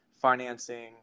financing